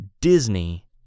Disney